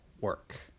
work